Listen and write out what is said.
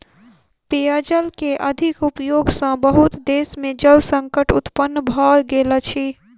पेयजल के अधिक उपयोग सॅ बहुत देश में जल संकट उत्पन्न भ गेल अछि